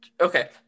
okay